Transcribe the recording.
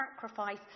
sacrifice